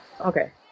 Okay